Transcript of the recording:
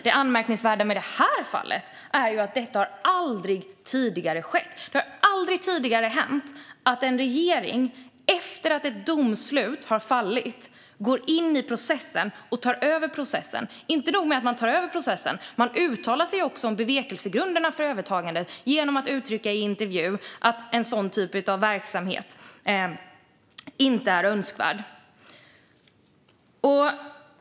Det anmärkningsvärda med det här fallet är att detta aldrig tidigare har skett. Det har aldrig tidigare hänt att en regering efter att ett domslut har fallit går in i processen och tar över processen. Inte nog med att man tar över processen - man uttalar sig också om bevekelsegrunderna för övertagandet genom att uttrycka i en intervju att en sådan typ av verksamhet inte är önskvärd.